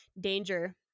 danger